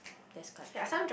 that's quite true